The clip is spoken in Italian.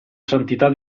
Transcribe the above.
santità